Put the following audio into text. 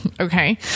okay